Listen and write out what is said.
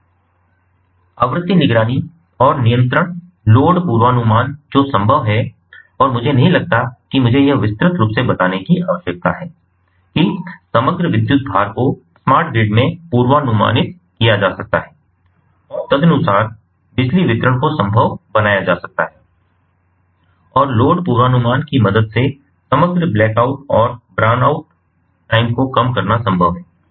आवृत्ति निगरानी और नियंत्रण लोड पूर्वानुमान जो संभव है और मुझे नहीं लगता कि मुझे यह विस्तृत रूप से बताने की आवश्यकता है कि समग्र विद्युत भार को स्मार्ट ग्रिड में पूर्वानुमानित किया जा सकता है और तदनुसार बिजली वितरण को संभव बनाया जा सकता है और लोड पूर्वानुमान की मदद से समग्र ब्लैक आउट और ब्राउन आउट टाइम को कम करना संभव है